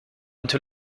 into